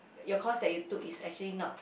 your course that you took is actually not